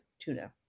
tuna